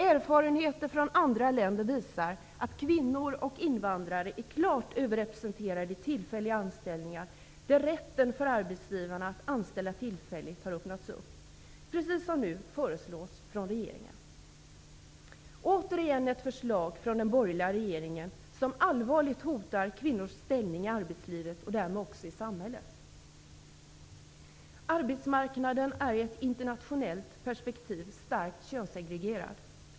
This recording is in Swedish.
Erfarenheter från andra länder visar att kvinnor och invandrare är klart överrepresenterade i tillfälliga anställningar, där rätten för arbetsgivarna att anställa tillfälligt har öppnats, precis så som nu föreslås från regeringen. Återigen ett förslag från den borgerliga regeringen som allvarligt hotar kvinnors ställning i arbetslivet och därmed också i samhället! Arbetsmarknaden är i ett internationellt perspektiv starkt könssegregerad.